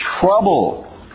trouble